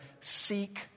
seek